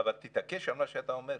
אבל תתעקש על מה שאתה אומר,